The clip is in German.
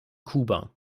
kuba